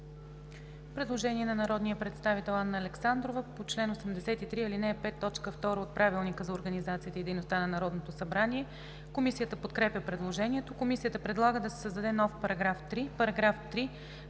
Предложение на народния представител Емил Димитров по чл. 83, ал. 5, т. 2 от Правилника за организацията и дейността на Народното събрание. Комисията подкрепя предложението. Комисията предлага да се създаде нов § 4: „§ 4.